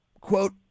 quote